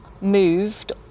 moved